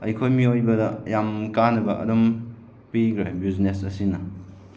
ꯑꯩꯈꯣꯏ ꯃꯤꯑꯣꯏꯕꯗ ꯌꯥꯝ ꯀꯥꯟꯅꯕ ꯑꯗꯨꯝ ꯄꯤꯈ꯭ꯔꯦ ꯕꯤꯎꯖꯤꯅꯦꯁ ꯑꯁꯤꯅ